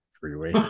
Freeway